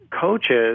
coaches